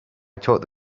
taught